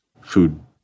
food